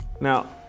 Now